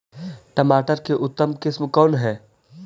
टमाटर के उतम किस्म कौन है?